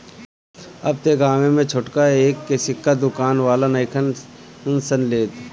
अब त गांवे में छोटका एक के सिक्का दुकान वाला नइखन सन लेत